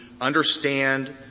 understand